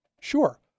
Sure